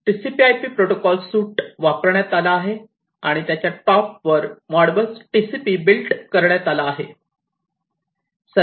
TCPIP protocol suite वापरण्यात आला आहे आणि त्याच्या टॉप वर मॉडबस TCP बिल्ट करण्यात आला आहे